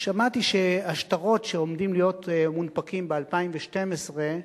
שמעתי שהשטרות שעומדים להיות מונפקים ב-2012,